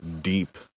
Deep